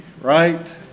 right